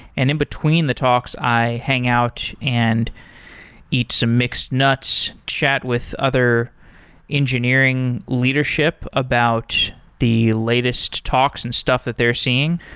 and in between the talks i hang out and eat some mixed nuts, chat with other engineering leadership about the latest talks and stuff that they're seeing,